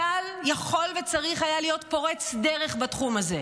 צה"ל יכול וצריך היה להיות פורץ דרך בתחום הזה.